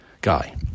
guy